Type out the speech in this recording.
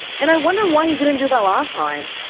and i wond er why he didn't do that last time,